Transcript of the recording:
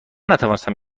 نتوانستم